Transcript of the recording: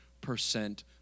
percent